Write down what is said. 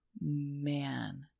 man